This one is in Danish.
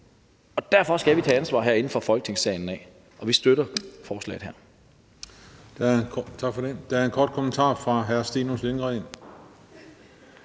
og derfor skal vi tage ansvar herinde i Folketinget. Vi støtter forslaget her.